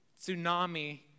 tsunami